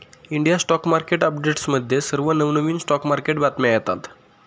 India stock market अपडेट्समध्ये सर्व नवनवीन स्टॉक मार्केट बातम्या येतात